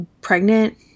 pregnant